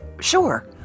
sure